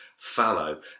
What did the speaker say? Fallow